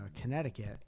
Connecticut